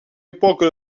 époque